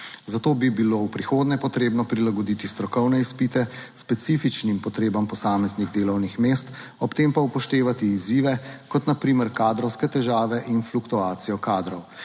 Zato bi bilo v prihodnje potrebno prilagoditi strokovne izpite specifičnim potrebam posameznih delovnih mest, ob tem pa upoštevati izzive, kot na primer kadrovske težave in fluktuacijo kadrov.